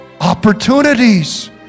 Opportunities